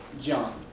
John